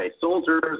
soldiers